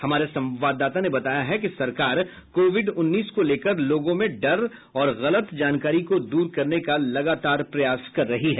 हमारे संवाददाता ने बताया है कि सरकार कोविड उन्नीस को लेकर लोगों में डर और गलत जानकारी को दूर करने का लगातार प्रयास कर रही है